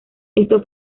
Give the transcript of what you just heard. esto